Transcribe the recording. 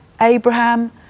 Abraham